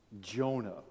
Jonah